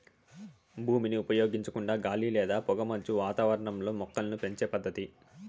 భూమిని ఉపయోగించకుండా గాలి లేదా పొగమంచు వాతావరణంలో మొక్కలను పెంచే పద్దతి